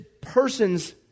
person's